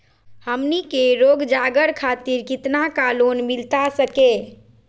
हमनी के रोगजागर खातिर कितना का लोन मिलता सके?